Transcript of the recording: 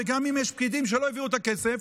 וגם אם יש פקידים שלא העבירו את הכסף,